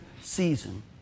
season